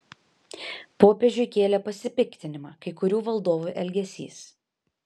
popiežiui kėlė pasipiktinimą kai kurių valdovų elgesys